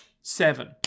Seven